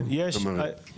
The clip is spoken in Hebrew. כן, כן.